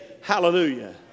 Hallelujah